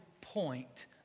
point